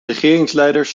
regeringsleiders